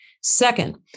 Second